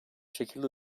şekilde